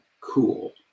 cool